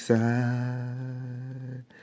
Side